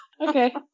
Okay